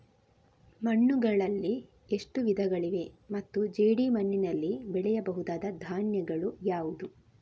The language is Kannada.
ಮಣ್ಣುಗಳಲ್ಲಿ ಎಷ್ಟು ವಿಧಗಳಿವೆ ಮತ್ತು ಜೇಡಿಮಣ್ಣಿನಲ್ಲಿ ಬೆಳೆಯಬಹುದಾದ ಧಾನ್ಯಗಳು ಯಾವುದು?